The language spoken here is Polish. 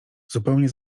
zupełnie